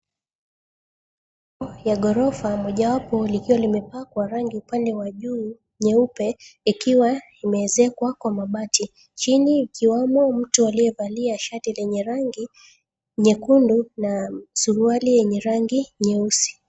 Ya ghorofa, moja wapo likiwa limepakwa rangi upande wa juu nyeupe, ikiwa imeezekwa kwa mabati, chini ikiwamo mtu aliyevalia shati lenye rangi nyekundu na suruali yenye rangi nyeusi.